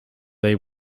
they